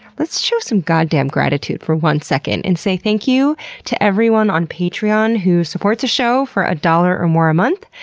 let's show some goddamn gratitude for one second and say thank you to everyone on patreon who supports the show for a dollar or more a month,